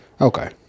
Okay